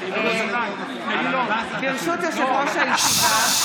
ברשות יושב-ראש הישיבה,